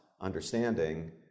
understanding